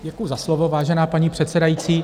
Děkuji za slovo, vážená paní předsedající.